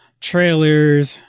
trailers